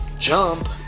jump